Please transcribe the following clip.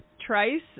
Trice